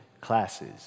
classes